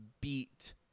beat